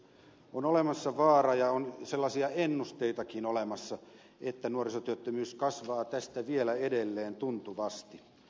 on olemassa vaara ja on sellaisia ennusteitakin olemassa että nuorisotyöttömyys kasvaa tästä vielä edelleen tuntuvasti